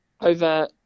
over